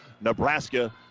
Nebraska